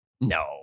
no